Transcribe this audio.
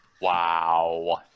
Wow